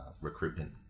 recruitment